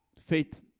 Faith